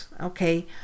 Okay